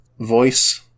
voice